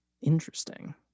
Interesting